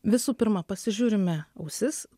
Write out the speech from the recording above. visų pirma pasižiūrime ausis